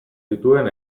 dituen